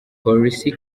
polisi